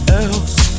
else